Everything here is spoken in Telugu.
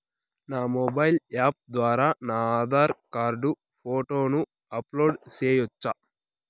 నా మొబైల్ యాప్ ద్వారా నా ఆధార్ కార్డు ఫోటోను అప్లోడ్ సేయొచ్చా?